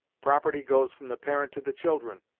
property goes from the parent to the children,